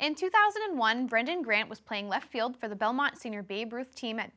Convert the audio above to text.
in two thousand and one brendan grant was playing left field for the belmont senior babe ruth team at